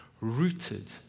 rooted